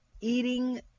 eating